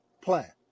plan